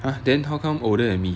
!huh! then how come older than me